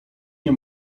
nie